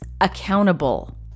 accountable